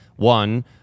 One